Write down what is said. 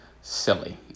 silly